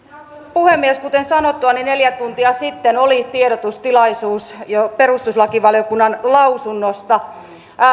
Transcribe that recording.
puhemies kuten sanottua neljä tuntia sitten oli tiedotustilaisuus perustuslakivaliokunnan lausunnosta